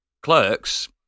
clerks